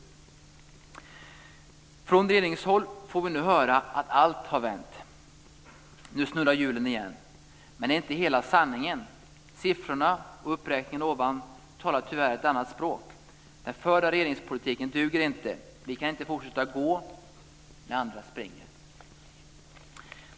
Från regeringshåll får vi höra att allt har vänt. Nu snurrar hjulen igen. Men det är inte hela sanningen. Siffrorna och uppräkningen ovan talar tyvärr ett annat språk. Den förda regeringspolitiken duger inte. Vi kan inte fortsätta att gå när andra springer.